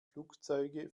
flugzeuge